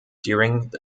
during